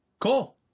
Cool